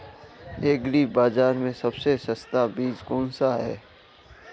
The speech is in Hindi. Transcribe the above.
एग्री बाज़ार में सबसे सस्ता बीज कौनसा है?